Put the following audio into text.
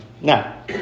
Now